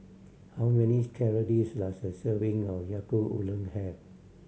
how many calories does a serving of Yaki Udon have